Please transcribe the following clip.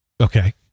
Okay